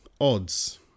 odds